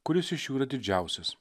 kuris iš jų yra didžiausias